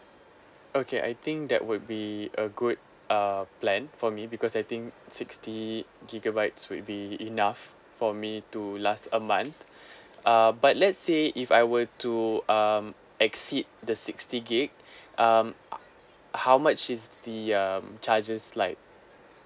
okay I think that would be a good uh plan for me because I think sixty gigabytes would be enough for me to last a month uh but let say if I were to um exceed the sixty gig um uh how much is the um charges like